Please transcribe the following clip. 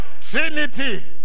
trinity